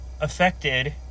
affected